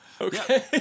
Okay